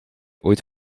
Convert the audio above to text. ooit